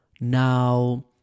Now